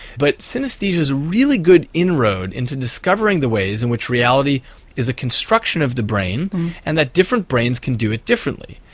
but synesthesia is a really good inroad into discovering the ways in which reality is a construction of the brain and that different brains can do it differently.